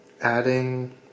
adding